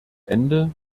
ende